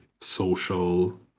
social